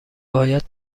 باید